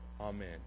Amen